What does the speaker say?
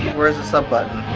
where's the sub but